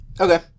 Okay